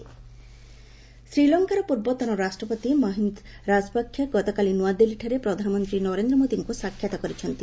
PM Rajapaksa ଶୀଲଙ୍କାର ପୂର୍ବତନ ରାଷ୍ଟପତି ମହିନ୍ଦ ରାଜପକ୍ଷ ଗତକାଲି ନୂଆଦିଲ୍ଲୀଠାରେ ପ୍ରଧାନମନ୍ତ୍ରୀ ନରେନ୍ଦ୍ର ମୋଦିଙ୍କୁ ସାକ୍ଷାତ କରିଛନ୍ତି